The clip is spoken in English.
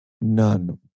None